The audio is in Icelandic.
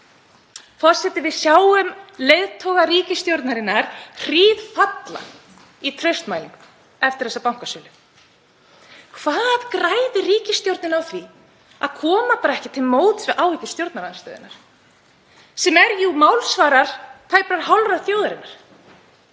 Forseti. Við sjáum leiðtoga ríkisstjórnarinnar hríðfalla í traustmælingum eftir þessa bankasölu. Hvað græðir ríkisstjórnin á því að koma ekki til móts við áhyggjur stjórnarandstöðunnar, sem er jú málsvari tæprar hálfrar þjóðarinnar?